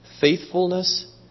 faithfulness